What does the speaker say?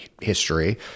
history